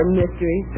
mystery